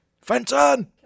Fenton